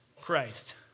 Christ